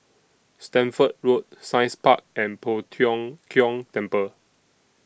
Stamford Road Science Park and Poh Tiong Kiong Temple